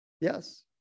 Yes